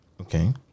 Okay